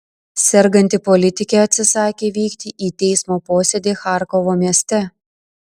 serganti politikė atsisakė vykti į teismo posėdį charkovo mieste